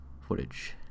footage